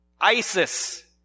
ISIS